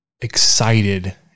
excited